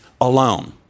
alone